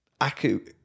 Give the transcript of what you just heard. Aku